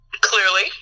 Clearly